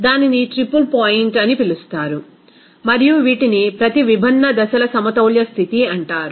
దానిని triple point అని పిలుస్తారు మరియు వీటిని ప్రతి విభిన్న దశల సమతౌల్య స్థితి అంటారు